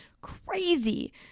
crazy